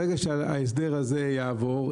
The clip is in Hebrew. ברגע שההסדר הזה יעבור,